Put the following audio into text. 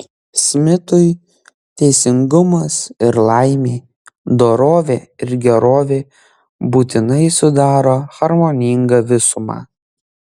smitui teisingumas ir laimė dorovė ir gerovė būtinai sudaro harmoningą visumą